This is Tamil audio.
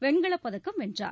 வெண்கலப் பதக்கம் வென்றார்